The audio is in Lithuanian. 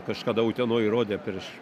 kažkada utenoj rodė prieš